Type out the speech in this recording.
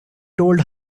told